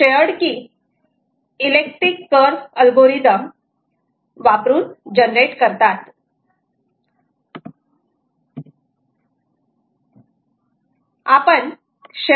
shared key elliptic curve algorithm वापरून generate करतात Refer Time 2513